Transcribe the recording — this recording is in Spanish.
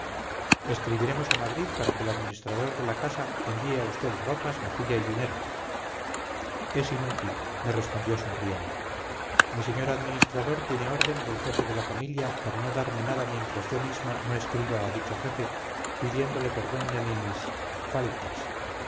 escribiremos a madrid para que el administrador de la casa envíe a usted ropas vajilla y dinero es inútil me respondió sonriendo mi señor administrador tiene orden del jefe de la familia para no darme nada mientras yo misma no escriba a dicho jefe pidiéndole perdón de mis faltas